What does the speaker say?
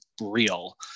real